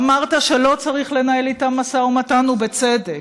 אמרת שלא צריך לנהל איתם משא ומתן, ובצדק,